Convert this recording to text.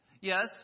Yes